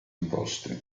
imposte